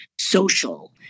social